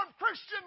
christian